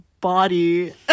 body